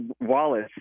Wallace